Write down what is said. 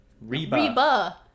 Reba